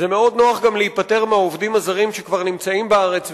מאוד נוח גם להיפטר מהעובדים הזרים שכבר נמצאים בארץ,